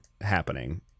happening